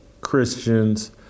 Christians